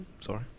sorry